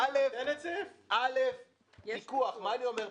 אל"ף, פיקוח.